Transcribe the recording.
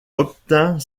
obtint